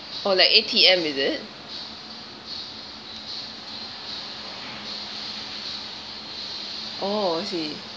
or like A_Y_M is it oh I see